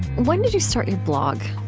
when did you start your blog?